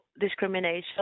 discrimination